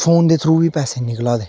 phone दे through बी पैसे निकला दे